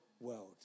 world